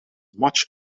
much